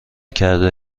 کرده